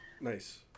Nice